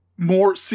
More